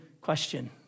question